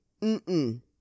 mm-mm